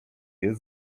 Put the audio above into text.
jest